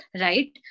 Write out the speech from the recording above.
right